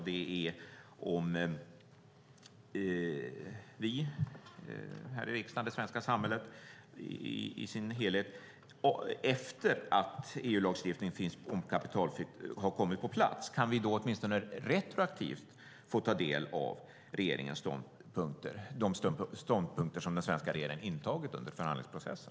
Det är om vi här i riksdagen och i det svenska samhället i sin helhet efter det att lagstiftningen om kapitalflykt har kommit på plats åtminstone retroaktivt kan få ta del av de ståndpunkter som den svenska regeringen intagit i förhandlingsprocessen.